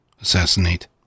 assassinate